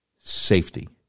safety